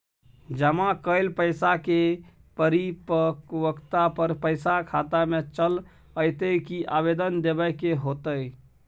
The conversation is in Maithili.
जमा कैल पैसा के परिपक्वता पर पैसा खाता में चल अयतै की आवेदन देबे के होतै?